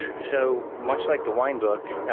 so much like the wine book,